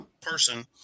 person